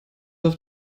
auf